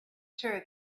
sure